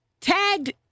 tagged